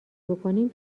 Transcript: بکنیم